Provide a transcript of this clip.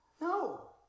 No